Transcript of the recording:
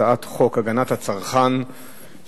הצעת חוק הגנת הצרכן (תיקון מס' 30),